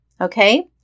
Okay